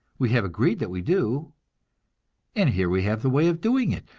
we have agreed that we do and here we have the way of doing it.